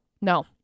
No